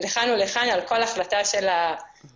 לכאן ולכאן על כל החלטה של הוועדה.